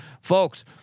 folks